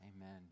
Amen